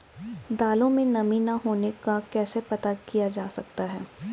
दालों में नमी न होने का कैसे पता किया जा सकता है?